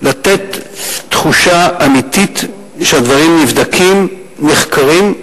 לתת תחושה אמיתית שהדברים נבדקים, נחקרים.